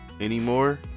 anymore